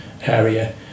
area